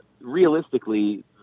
realistically